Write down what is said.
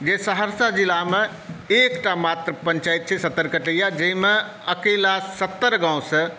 जे सहरसा जिलामे एकटा मात्र पंचायत छै सतरकटइया जाहिमे अकेला सत्तर गाँवसॅं